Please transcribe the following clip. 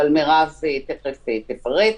אבל מירב תיכף תפרט.